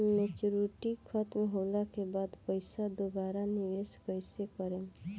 Maturity खतम होला के बाद पईसा दोबारा निवेश कइसे करेम?